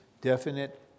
definite